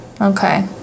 okay